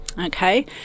Okay